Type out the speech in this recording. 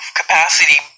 capacity